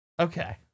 Okay